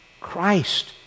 Christ